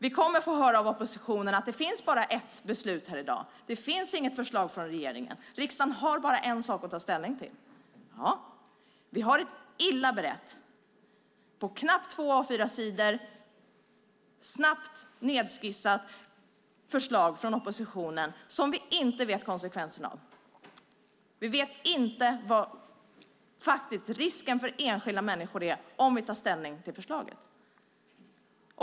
Vi kommer att få höra av oppositionen att det bara finns ett beslut i dag, att det inte finns något förslag från regeringen och att riksdagen bara har en sak att ta ställning till. Ja, vi har ett illa berett, på knappt två A4-sidor snabbt nedskissat förslag från oppositionen som vi inte vet konsekvensen av. Vi vet inte vad risken för enskilda människor är om vi tar ställning för förslaget.